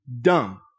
dumb